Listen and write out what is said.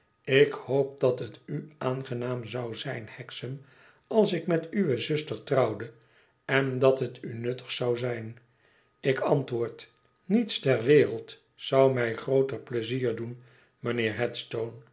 ik hoop dat het u aangenaam zou zijn hexam als ik met uwe zuster trouwde en dat het u nuttig zou zijn ik antwoord niets ter wereld zou mij grooter pleisier doen